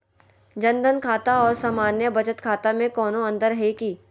जन धन खाता और सामान्य बचत खाता में कोनो अंतर है की?